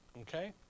okay